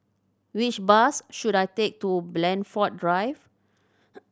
which bus should I take to Blandford Drive